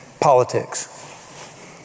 politics